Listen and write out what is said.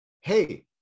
hey